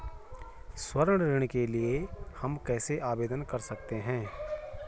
स्वर्ण ऋण के लिए हम कैसे आवेदन कर सकते हैं?